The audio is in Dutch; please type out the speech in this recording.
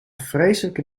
vreselijke